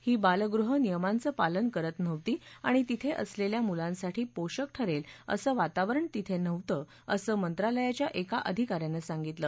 ही बालगृह नियमांचं पालन करत नव्हती आणि तिथे असलेल्या मुलांसाठी पोषक ठरेल असं वातावरण तिथे नव्हतं असं मंत्रालयाच्या एका अधिका याने सांगितलं